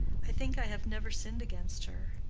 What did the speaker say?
i think i have never sinned against her.